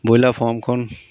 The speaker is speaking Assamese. ব্ৰইলাৰ ফৰ্মখন